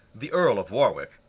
the earl of warwick,